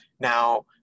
Now